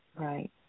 Right